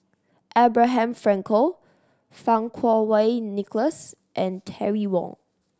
Abraham Frankel Fang Kuo Wei Nicholas and Terry Wong